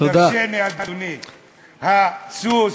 תרשה לי, אדוני, הסוס,